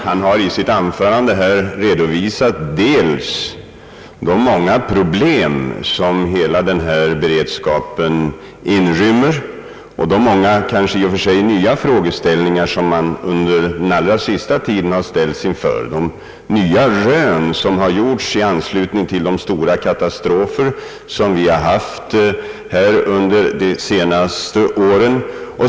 Han har redovisat dels de många problem som hela denna beredskap inrymmer, dels de många kanske i och för sig nya frågeställningar som vi under den allra senaste tiden har ställts inför — de nya rön som har gjorts i anslutning till de senare årens katastrofer.